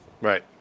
right